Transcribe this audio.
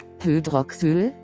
Hydroxyl